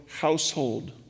household